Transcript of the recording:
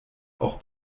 auch